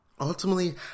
Ultimately